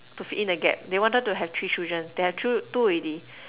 to fit in the gap they wanted to have three children they had thr~ two already